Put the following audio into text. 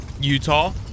Utah